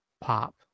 pop